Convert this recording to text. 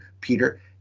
Peter